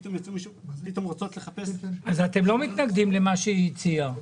ופתאום רוצות לחפש משהו אחר --- אז אתם לא מתנגדים למה שהיא הציעה.